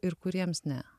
ir kuriems ne